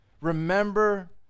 remember